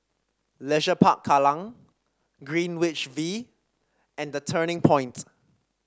Leisure Park Kallang Greenwich V and The Turning Point